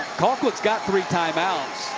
colquitt's got three time-outs.